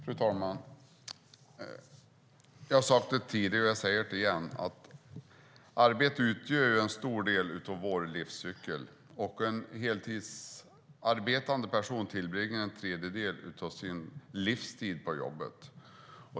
Fru talman! Jag har sagt det tidigare, och jag säger det igen. Arbete utgör en stor del av vår livscykel. En heltidsarbetande person tillbringar en tredjedel av sin livstid på jobbet.